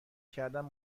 کردن